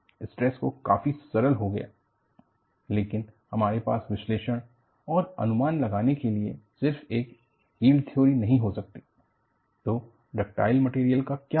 stress तो काफी सरल हो गया लेकिन हमारे पास विश्लेषण और अनुमान लगाने के लिए सिर्फ एक यील्ड थ्योरी नहीं हो सकती तो डक्टाइल मटेरियल का क्या होगा